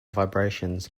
vibrations